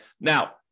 Now